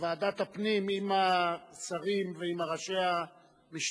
בוועדת הפנים עם השרים ועם ראשי המשטרה,